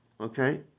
okay